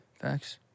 Facts